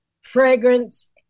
Fragrance